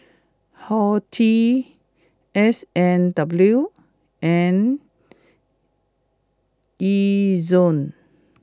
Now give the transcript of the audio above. Horti S and W and Ezion